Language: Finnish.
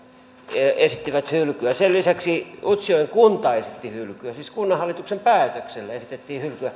esittivät hylkyä sen lisäksi utsjoen kunta esitti hylkyä siis kunnanhallituksen päätöksellä esitettiin hylkyä